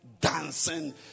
Dancing